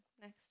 next